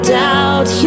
doubt